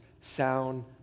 sound